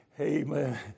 amen